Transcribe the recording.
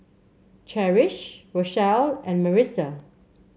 Cherish Rochelle and Marissa